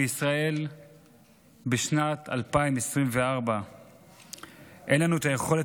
בישראל בשנת 2024. אין לנו את היכולת